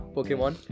Pokemon